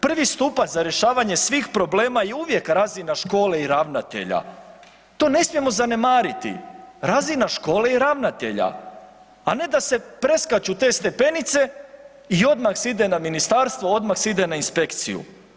Prvi stupac za rješavanje svih problema je uvijek razina škole i ravnatelja, to ne smijemo zanemariti, razina škole i ravnatelja, a ne da se preskaču te stepenice i odmah se ide na ministarstvo, odmah se ide na inspekciju.